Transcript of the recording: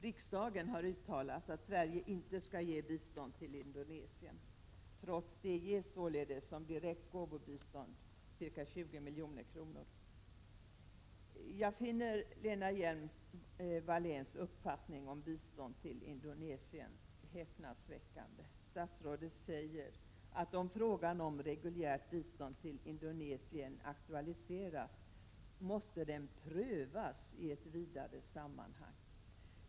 Riksdagen har uttalat att Sverige inte skall ge bistånd till Indonesien. Trots det ges således som direkt gåvobistånd ca 20 milj.kr. Jag finner Lena Hjelm-Walléns uppfattning om bistånd till Indonesien häpnadsväckande. Statsrådet säger att om frågan om reguljärt bistånd till Indonesien aktualiseras måste den prövas i ett vidare sammanhang.